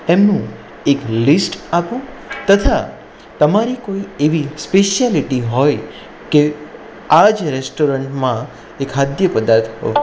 એમનું એક લિસ્ટ આપો તથા તમારી કોઈ એવી સ્પેશ્યાલિટી હોય કે આ જ રેસ્ટોરન્ટમાં એ ખાદ્ય પદાર્થ